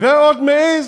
ועוד מעז,